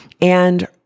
and-